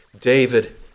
David